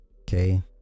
Okay